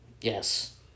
Yes